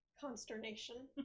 consternation